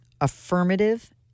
affirmative